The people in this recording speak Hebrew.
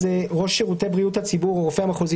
אז ראש שירותי בריאות הציבור או הרופא המחוזי